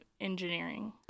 engineering